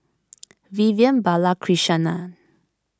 Vivian Balakrishnan